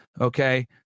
Okay